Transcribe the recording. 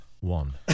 one